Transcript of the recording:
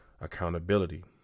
accountability